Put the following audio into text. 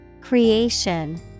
Creation